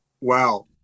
wow